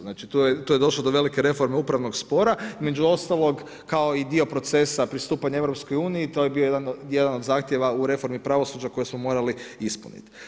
Znači tu je došlo do velike reforme upravnog spora, među ostalog kao i dio procesa pristupanja EU, to je bio jedan od zahtjeva u reformi pravosuđa koji smo morali ispuniti.